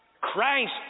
Christ